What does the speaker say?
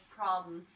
problem